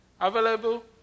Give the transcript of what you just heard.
available